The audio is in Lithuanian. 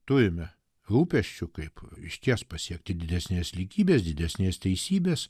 turime rūpesčių kaip išties pasiekti didesnės lygybės didesnės teisybės